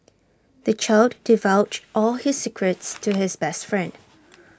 the child divulged all his secrets to his best friend